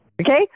Okay